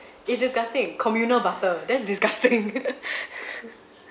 it's disgusting communal butter that's disgusting